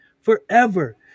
forever